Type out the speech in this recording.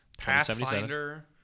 Pathfinder